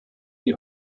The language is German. die